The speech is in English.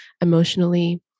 emotionally